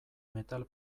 metal